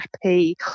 happy